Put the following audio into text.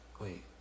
Wait